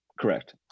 Correct